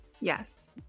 yes